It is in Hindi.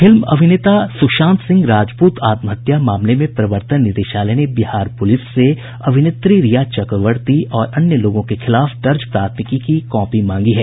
फिल्म अभिनेता सुशांत सिंह राजपूत आत्महत्या मामले में प्रवर्तन निदेशालय ने बिहार पूलिस से अभिनेत्री रिया चक्रवर्ती और अन्य लोगों के खिलाफ दर्ज प्राथमिकी की कॉपी मांगी है